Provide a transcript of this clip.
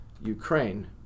Ukraine